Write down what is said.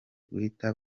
guhita